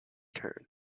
turn